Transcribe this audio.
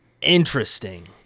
interesting